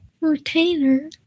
retainer